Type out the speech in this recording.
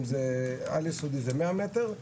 ולעל יסודי זה 100 מטר עם